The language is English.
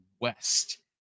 West